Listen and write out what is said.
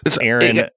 Aaron